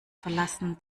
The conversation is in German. verlassen